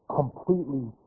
completely